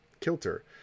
kilter